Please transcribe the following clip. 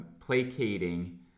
placating